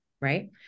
right